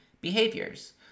behaviors